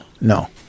No